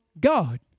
God